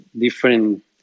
different